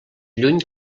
lluny